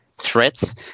threats